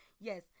yes